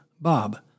Bob